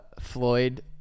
Floyd